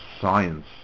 science